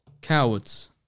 cowards